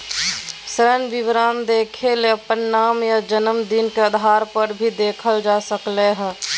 ऋण विवरण देखेले अपन नाम या जनम दिन के आधारपर भी देखल जा सकलय हें